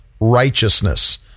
righteousness